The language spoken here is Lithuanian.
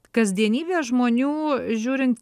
kasdienybė žmonių žiūrint